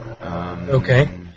Okay